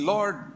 Lord